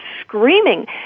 screaming